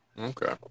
Okay